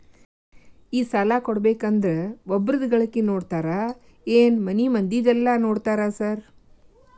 ಈ ಸಾಲ ಕೊಡ್ಬೇಕಂದ್ರೆ ಒಬ್ರದ ಗಳಿಕೆ ನೋಡ್ತೇರಾ ಏನ್ ಮನೆ ಮಂದಿದೆಲ್ಲ ನೋಡ್ತೇರಾ ಸಾರ್?